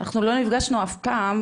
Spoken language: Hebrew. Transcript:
אנחנו לא נפגשנו אף פעם,